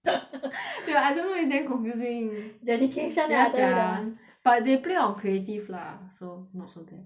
ya I don't know it's damn confusing dedication ya sia I tell you lah that [one] but they play on creative lah so not so bad